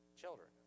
children